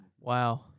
Wow